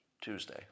Tuesday